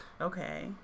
Okay